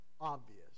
obvious